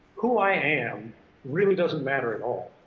who i am really doesn't matter at all.